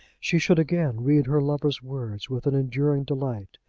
she should again read her lover's words with an enduring delight.